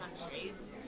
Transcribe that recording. countries